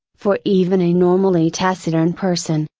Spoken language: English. for even a normally taciturn person.